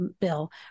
bill